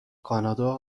کانادا